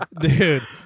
dude